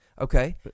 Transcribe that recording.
Okay